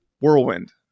Whirlwind